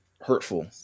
hurtful